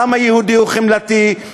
העם היהודי הוא חמלתי.